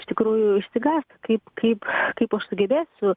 iš tikrųjų išsigąs kaip kaip kaip aš sugebėsiu